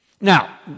Now